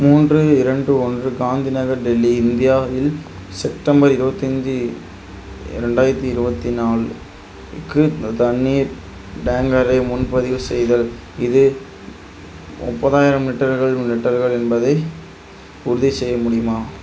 மூன்று இரண்டு ஒன்று காந்தி நகர் டெல்லி இந்தியாவில் செப்டம்பர் இருவத்தி ஐந்து ரெண்டாயிரத்தி இருபத்தி நாலு க்கு தண்ணீர் டேங்கரை முன்பதிவு செய்தல் இது முப்பதாயிரம் லிட்டர்கள் லிட்டர்கள் என்பதை உறுதி செய்ய முடியுமா